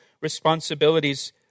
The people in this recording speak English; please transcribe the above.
responsibilities